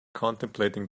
contemplating